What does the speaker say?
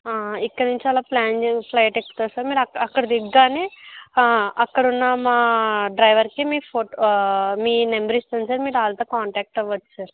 ఇక్కడినుంచి అలా plan flight ఎక్కుతారు sir మీరక్కడ అక్కడ దిగగానే అక్కడున్న మా డ్రైవర్కి మీ ఫోటో మీ నెంబర్ ఇస్తాను సార్ మీరు వాళ్ళతో కాంటాక్ట్ అవ్వచ్చు సార్